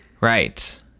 Right